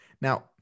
Now